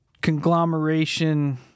conglomeration